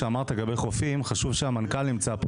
לגבי חופים, חשוב שהמנכ"ל רונן נמצא פה.